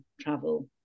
travel